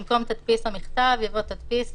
במקום "תדפיס או מכתב" יבוא "תדפיס,